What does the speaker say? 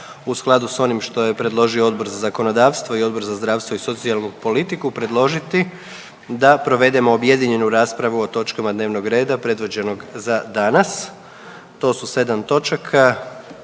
u skladu s onim što je predložio Odbor za zakonodavstvo i Odbor za zdravstvo i socijalnu politiku predložiti da provedemo objedinjenu raspravu o točkama dnevnog reda predviđenog za danas. To su sedam točaka: